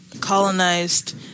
colonized